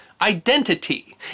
identity